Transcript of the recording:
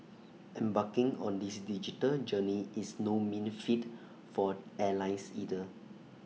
embarking on this digital journey is no mean feat for airlines either